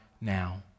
now